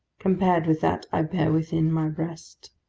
compared with that i bear within my breast,